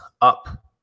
up